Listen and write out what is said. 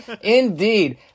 Indeed